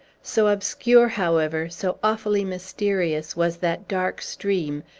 so obscure, however, so awfully mysterious, was that dark stream,